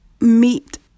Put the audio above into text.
meet